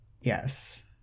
Yes